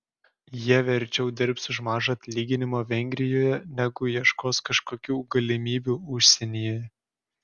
jie verčiau dirbs už mažą atlyginimą vengrijoje negu ieškos kažkokių galimybių užsienyje